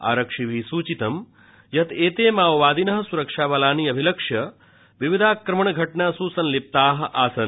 आरक्षिभिः सुचितं यत् एते माओवादिनः सुरक्षाबलानि अभिलक्ष्य विहिताक्रमण घटनासु संलिप्ताः आसन्